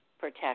protect